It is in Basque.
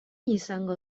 izango